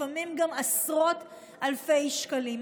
לפעמים גם עשרות אלפי שקלים.